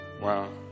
Wow